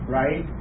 right